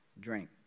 drink